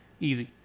Easy